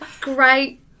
great